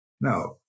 Now